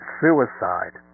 suicide